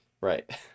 Right